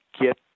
get